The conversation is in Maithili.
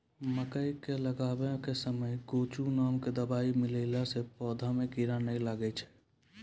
मकई के लगाबै के समय मे गोचु नाम के दवाई मिलैला से पौधा मे कीड़ा नैय लागै छै?